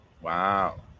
wow